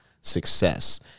success